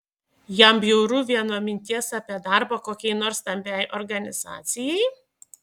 jam bjauru vien nuo minties apie darbą kokiai nors stambiai organizacijai